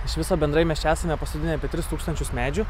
iš viso bendrai mes čia esame pasodinę apie tris tūkstančius medžių